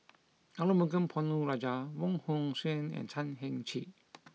Arumugam Ponnu Rajah Wong Hong Suen and Chan Heng Chee